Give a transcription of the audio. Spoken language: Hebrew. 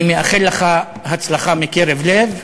אני מאחל לך הצלחה מקרב לב.